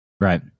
Right